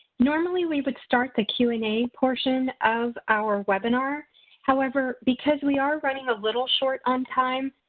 normally we would start the q and a portion of our webinar however, because we are running a little short on time,